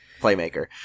playmaker